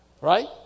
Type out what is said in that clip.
Right